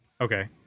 Okay